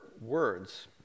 words